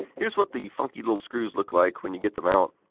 here's what the funky little screws look like when you get them out.